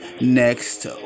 next